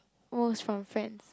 most from Friends